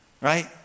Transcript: right